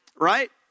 right